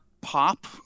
pop